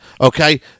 Okay